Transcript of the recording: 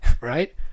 right